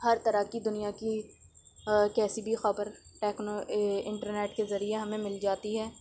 ہر طرح کی دنیا کی کیسی بھی خبر ٹیکنو انٹرنیٹ کے ذریعہ ہمیں مل جاتی ہے